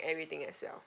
everything as well